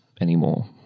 anymore